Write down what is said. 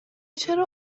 چرا